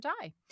Die